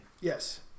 Yes